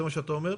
זה מה שאתה אומר?